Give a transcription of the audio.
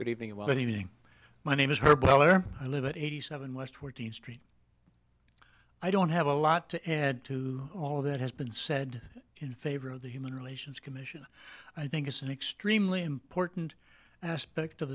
an evening my name is her brother i live at eighty seven west fourteenth street i don't have a lot to add to all that has been said in favor of the human relations commission i think it's an extremely important aspect of